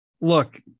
look